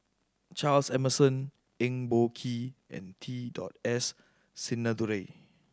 Charles Emmerson Eng Boh Kee and T dot S Sinnathuray